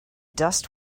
dust